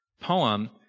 poem